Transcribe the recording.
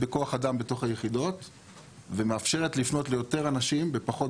בכל אגף יש לו נאמן פניות ציבור שמטפל בפניות